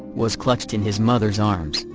was clutched in his mother's arms,